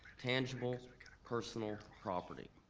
tangible personal property.